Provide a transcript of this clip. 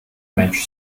mensch